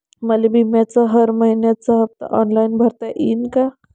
मले बिम्याचा हर मइन्याचा हप्ता ऑनलाईन भरता यीन का?